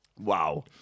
Wow